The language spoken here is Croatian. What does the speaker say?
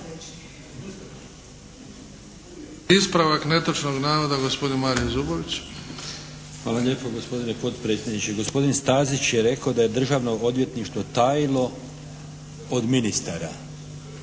Ispravak netočnog navoda, gospodin Mario Zubović. **Zubović, Mario (HDZ)** Hvala lijepo gospodine potpredsjedniče. Gospodin Stazić je rekao da je Državno odvjetništvo tajilo od ministara.